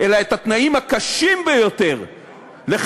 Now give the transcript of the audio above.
אני